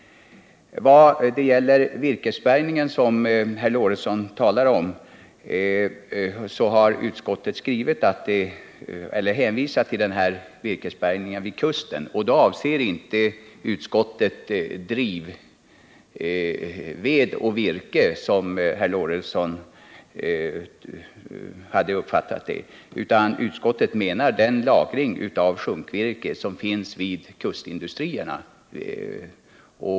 När det gäller virkesbärgningen, som herr Lorentzon talar om, har utskottet hänvisat till virkesbärgningen vid kusten. Då avser inte utskottet drivved och virke, som herr Lorentzon hade uppfattat det, utan utskottet menar lagringen av sjunkvirke vid kustindustrierna.